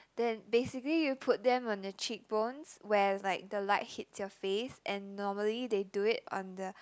then basically you put them on the cheek bones where like the light hits your face and normally they do it on the